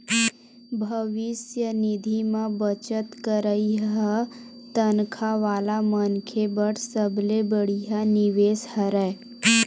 भविस्य निधि म बचत करई ह तनखा वाला मनखे बर सबले बड़िहा निवेस हरय